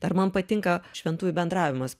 dar man patinka šventųjų bendravimas